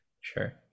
sure